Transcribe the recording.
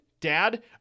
dad